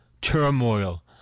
turmoil